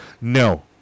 no